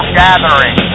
gathering